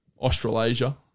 Australasia